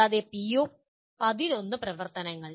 കൂടാതെ പിഒ11 പ്രവർത്തനങ്ങൾ